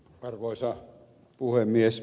arvoisa puhemies